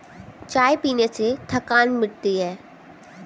चाय पीने से थकान मिटती है